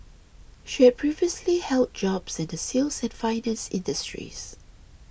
she had previously held jobs in the sales and finance industries